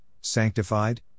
sanctified